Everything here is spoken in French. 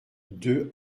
deux